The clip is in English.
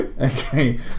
okay